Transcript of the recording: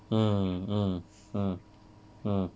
mm mm mm mm